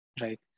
Right